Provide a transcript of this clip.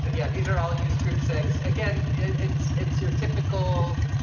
but yeah, these are all use scripts six again, it's it's your typical.